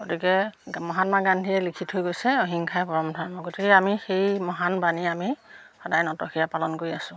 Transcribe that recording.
গতিকে মহাত্মা গান্ধীয়ে লিখি থৈ গৈছে অহিংসাই পৰম ধৰ্ম গতিকে আমি সেই মহান বাণী আমি সদায় নতশিৰে পালন কৰি আছোঁ